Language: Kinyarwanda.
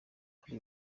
bari